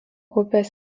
upės